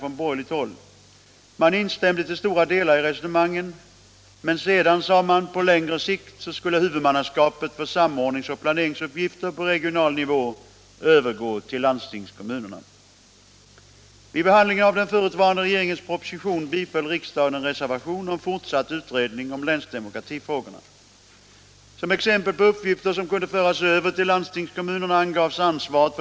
Man instämde till stora delar i resonemangen men sade att på längre sikt skulle huvudmannaskapet för samordnings och planeringsuppgifter på regional nivå övergå till landstingskommunerna.